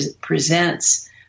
presents